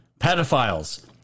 pedophiles